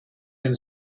can